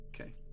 Okay